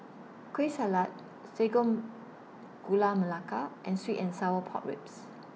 Kueh Salat Sago Gula Melaka and Sweet and Sour Pork Ribs